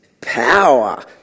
power